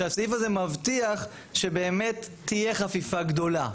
שהסעיף הזה מבטיח שבאמת תהיה חפיפה גדולה.